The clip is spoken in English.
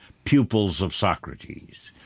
pupils of socrates.